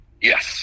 Yes